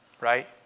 Right